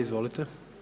Izvolite.